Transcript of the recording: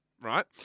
Right